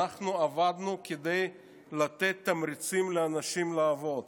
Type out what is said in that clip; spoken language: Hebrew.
אנחנו עבדנו כדי לתת תמריצים לאנשים לעבוד: